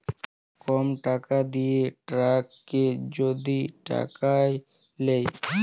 কম টাকা দিঁয়ে ট্যাক্সকে যদি কাটায় লেই